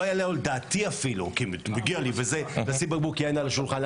לא עלה על דעתי אפילו לשים בקבוק יין על השולחן,